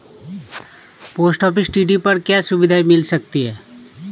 Post office TD पर क्या सुविधाएँ मिल सकती है?